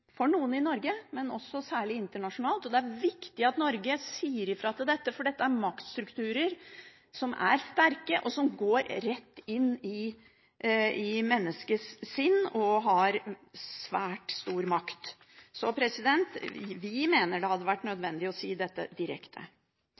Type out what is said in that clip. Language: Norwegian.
for noen i Norge, men særlig internasjonalt. Det er viktig at Norge sier fra når det gjelder dette, for dette er maktstrukturer som er sterke. De går rett inn i menneskets sinn og har svært stor makt. Vi mener det hadde vært